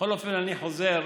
בכל אופן, אני חוזר